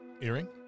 Earring